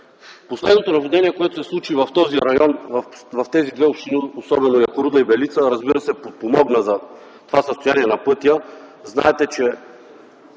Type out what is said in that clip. Последното наводнение, което се случи в този район, в тези две общини – особено Якоруда и Белица, разбира се, подпомогна за това състояние на пътя. Знаете, че